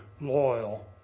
loyal